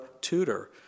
tutor